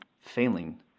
failing